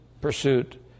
pursuit